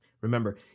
Remember